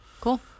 Cool